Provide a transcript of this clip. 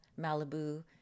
malibu